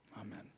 amen